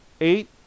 eight